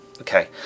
okay